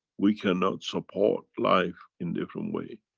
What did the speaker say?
we cannot support life in different way.